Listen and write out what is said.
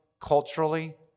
culturally